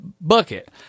bucket